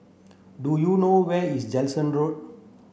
do you know where is Jansen Road